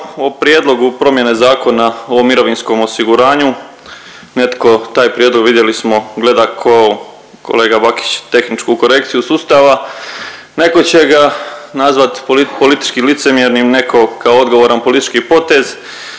o prijedlogu promjene Zakona o mirovinskom osiguranju. Netko taj prijedlog, vidjeli smo gleda kao kolega Bakić, tehničku korekciju sustava, netko će ga nazvat politički licemjernim, netko kao odgovoran politički potez